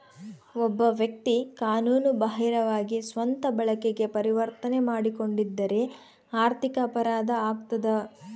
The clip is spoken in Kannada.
ಒಬ್ಬ ವ್ಯಕ್ತಿ ಕಾನೂನು ಬಾಹಿರವಾಗಿ ಸ್ವಂತ ಬಳಕೆಗೆ ಪರಿವರ್ತನೆ ಮಾಡಿಕೊಂಡಿದ್ದರೆ ಆರ್ಥಿಕ ಅಪರಾಧ ಆಗ್ತದ